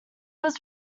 was